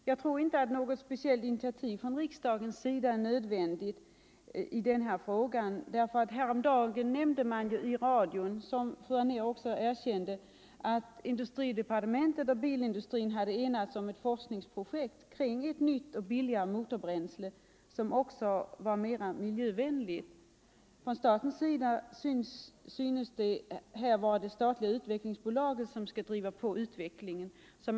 Jag tror därför inte att något speciellt initiativ är nödvändigt från riksdagens sida i denna fråga, speciellt som man i radion häromdagen nämnde - vilket fru Anér också bekräftade — att industridepartementet och bilindustrin hade enats om ett forskningsprojekt kring ett nytt och billigare motorbränsle som också var mer miljövänligt. Från statens sida synes det vara det statliga utvecklingsbolaget som skall driva på utvecklingen i det fallet.